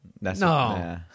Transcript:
No